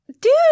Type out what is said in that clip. dude